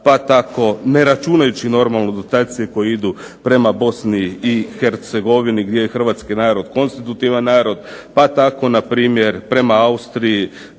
pa tako, ne računajući normalno dotacije koje idu prema BiH gdje je hrvatski narod konstitutivan narod, pa tako npr. prema Austriji